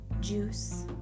juice